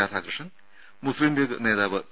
രാധാകൃഷ്ണൻ മുസ്ലീം ലീഗ് നേതാവ് പി